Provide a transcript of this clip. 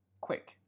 quick